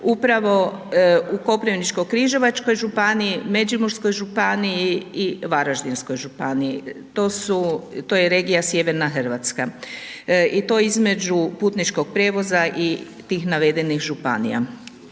upravo u Koprivničko-križevačkoj županiji, Međimurskoj županiji i Varaždinskoj županiji. To su, to je regija Sjeverna Hrvatska, i to između Putničkog prijevoza i tih navedenih županija.